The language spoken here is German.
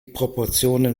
proportionen